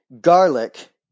Garlic